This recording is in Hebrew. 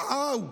וואו,